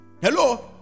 Hello